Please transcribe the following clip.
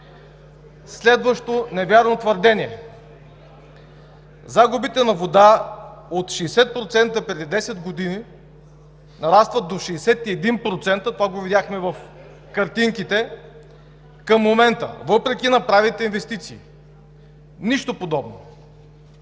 Следващо невярно твърдение: загубите на вода от 60% преди 10 години нарастват до 61%, това го видяхме в картинките, към момента, въпреки направените инвестиции – нищо подобно.